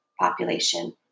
population